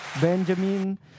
Benjamin